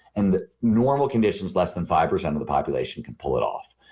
and normal conditions, less than five percent of the population can pull it off.